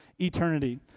eternity